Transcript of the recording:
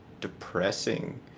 depressing